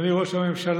אדוני ראש הממשלה,